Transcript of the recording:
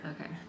Okay